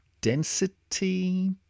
density